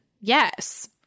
Yes